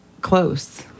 close